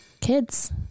kids